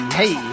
hey